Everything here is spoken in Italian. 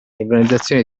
l’organizzazione